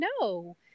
no